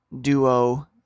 duo